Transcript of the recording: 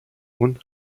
und